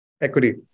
Equity